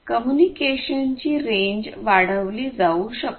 कम्युनिकेशनची range वाढविली जाऊ शकते